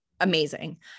Amazing